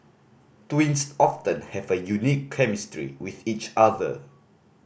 twins often have a unique chemistry with each other